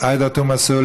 חוק ומשפט.